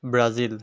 Brazil